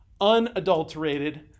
unadulterated